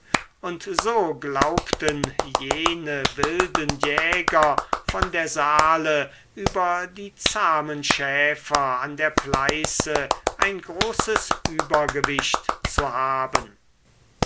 und so glaubten jene wilden jäger von der saale über die zahmen schäfer an der pleiße ein großes übergewicht zu haben